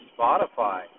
Spotify